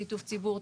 שיתוף ציבור,